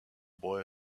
boy